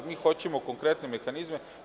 Mi hoćemo konkretne mehanizme.